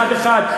אחד אחד.